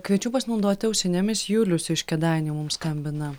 kviečiu pasinaudoti ausinėmis julius iš kėdainių mums skambina